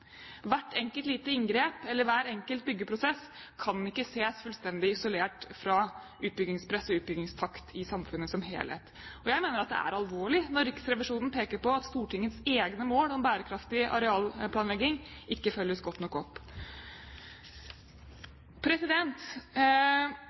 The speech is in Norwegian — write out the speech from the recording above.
Hvert enkelt lite inngrep eller hver enkelt byggeprosess kan ikke ses fullstendig isolert fra utbyggingspress og utbyggingstakt i samfunnet som helhet. Jeg mener at det er alvorlig når Riksrevisjonen peker på at Stortingets egne mål om bærekraftig arealplanlegging ikke følges godt nok opp.